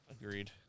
Agreed